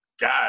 God